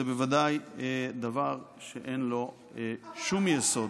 זה בוודאי דבר שאין לו שום יסוד.